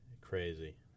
Crazy